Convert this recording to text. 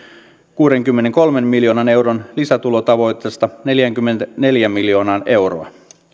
kuusikymmentäkolme miljoonan euron lisätulotavoitteesta neljäkymmentäneljä miljoonaa euroa